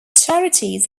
charities